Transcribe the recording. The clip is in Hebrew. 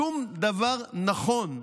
שום דבר נכון,